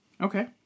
Okay